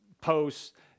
posts